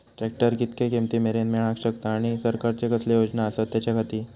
Tractor कितक्या किमती मरेन मेळाक शकता आनी सरकारचे कसले योजना आसत त्याच्याखाती?